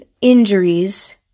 injuries